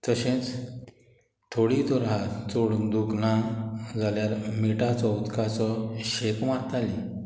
तशेंच थोडी तर हात चोळून दुखना जाल्यार मिठाचो उदकाचो शेक मारताली